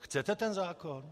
Chcete ten zákon?